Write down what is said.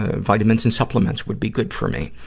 ah vitamins and supplements would be good for me.